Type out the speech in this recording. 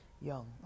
young